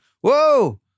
Whoa